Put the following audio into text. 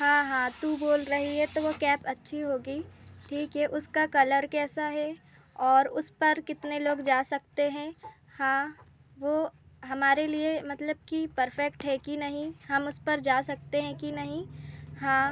हाँ हाँ तू बोल रही है तो वो कैब अच्छी होगी ठीक है उसका कलर कैसा है और उस पर कितने लोग जा सकते हैं हाँ वो हमारे लिए मतलब कि परफ़ेक्ट है कि नहीं हम उस पर जा सकते हैं कि नहीं हाँ